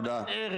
במספרים.